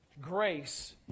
grace